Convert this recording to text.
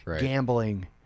gambling